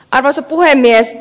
arvoisa puhemies